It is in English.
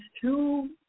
two